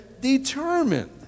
determined